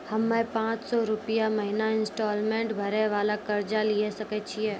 हम्मय पांच सौ रुपिया महीना इंस्टॉलमेंट भरे वाला कर्जा लिये सकय छियै?